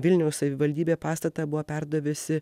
vilniaus savivaldybė pastatą buvo perdavusi